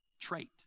trait